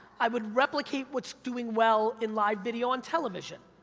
i would replicate what's doing well in live video on television.